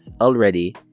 already